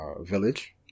village